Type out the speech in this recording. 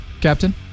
Captain